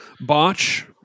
Botch